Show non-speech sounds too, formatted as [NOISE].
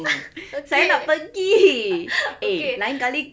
[BREATH] okay [LAUGHS] okay